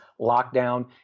lockdown